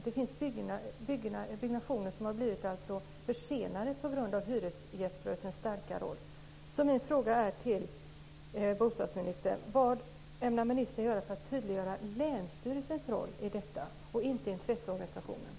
Det finns byggnationer som har blivit försenade på grund av hyresgäströrelsens roll.